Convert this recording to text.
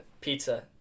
pizza